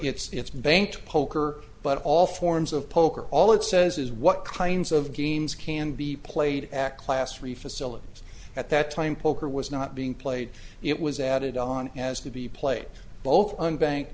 it's banked poker but all forms of poker all it says is what kinds of games can be played at class three facilities at that time poker was not being played it was added on has to be played both unbank